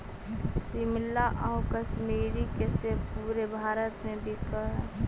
शिमला आउ कश्मीर के सेब पूरे भारत में बिकऽ हइ